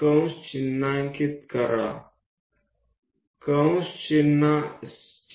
પ્રથમ લીટી પર એક ચાપ બનાવો